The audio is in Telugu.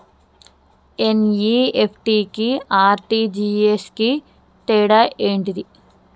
ఎన్.ఇ.ఎఫ్.టి కి ఆర్.టి.జి.ఎస్ కు తేడా ఏంటిది?